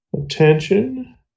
attention